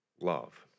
love